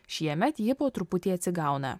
šiemet ji po truputį atsigauna